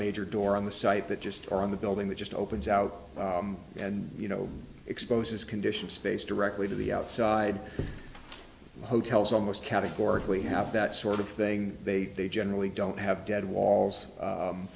major door on the site that just around the building that just opens out and you know expose his condition space directly to the outside hotels almost categorically have that sort of thing they generally don't have dead walls